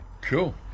cool